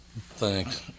Thanks